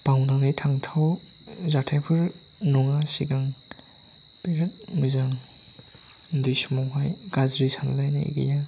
बावनानै थांथाव जाथायफोर नङा सिगां बिराद मोजां उन्दै समावहाय गाज्रि सानलायनाय गैया